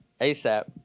ASAP